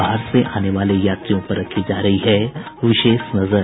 बाहर से आने वाले यात्रियों पर रखी जा रही है विशेष नजर